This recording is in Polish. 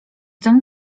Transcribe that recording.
ten